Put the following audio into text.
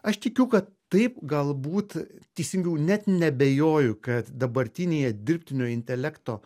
aš tikiu kad taip galbūt teisingiau net neabejoju kad dabartinėje dirbtinio intelekto